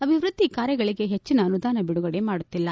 ಅಭಿವೃದ್ದಿ ಕಾರ್ಯಗಳಗೆ ಪೆಚ್ಚಿನ ಅನುದಾನ ಬಿಡುಗಡೆ ಮಾಡುತ್ತಿಲ್ಲ